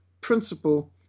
principle